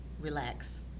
relax